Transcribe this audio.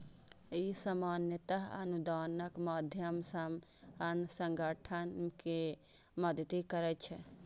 ई सामान्यतः अनुदानक माध्यम सं अन्य संगठन कें मदति करै छै